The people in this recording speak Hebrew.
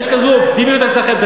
18' יש כזו אופטימיות אצלכם?